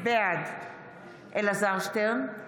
בעד אלעזר שטרן,